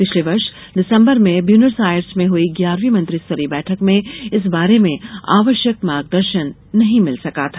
पिछले वर्ष दिसम्बर में ब्यूनंस आयरस में हुई ग्यारहवीं मंत्रिस्तरीय बैठक में इस बारे में आवश्यक मार्गदर्शन नहीं मिल सका था